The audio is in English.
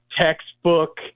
textbook